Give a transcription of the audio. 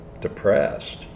depressed